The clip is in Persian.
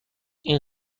این